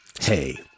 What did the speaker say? Hey